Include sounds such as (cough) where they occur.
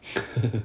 (laughs)